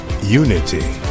unity